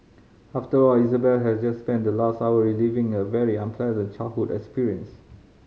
after all Isabel had just spent the last hour reliving a very unpleasant childhood experience